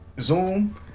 Zoom